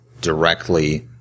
directly